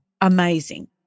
amazing